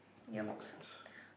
next